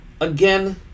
again